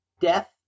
Death